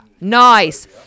Nice